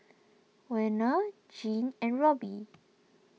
Werner Jean and Robbie